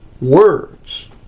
words